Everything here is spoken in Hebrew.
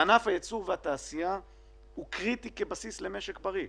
ענף הייצור והתעשייה הוא קריטי כבסיס למשק בריא.